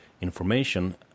information